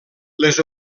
les